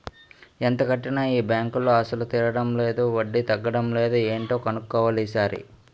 ఎంత కట్టినా ఈ బాంకులో అసలు తీరడం లేదు వడ్డీ తగ్గడం లేదు ఏటో కన్నుక్కోవాలి ఈ సారి